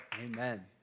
amen